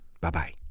Bye-bye